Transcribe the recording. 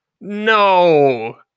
no